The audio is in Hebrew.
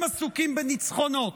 הם עסוקים בניצחונות.